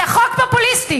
זה חוק פופוליסטי,